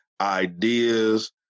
ideas